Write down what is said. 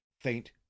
faint